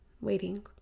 waiting